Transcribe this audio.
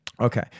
Okay